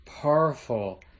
powerful